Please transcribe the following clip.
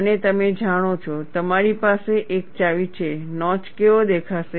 અને તમે જાણો છો તમારી પાસે એક ચાવી છે નોચ કેવો દેખાશે